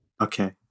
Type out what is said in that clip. Okay